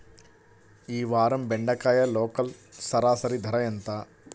ఈ వారం బెండకాయ లోకల్ సరాసరి ధర ఎంత?